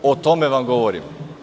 O tome vam govorim.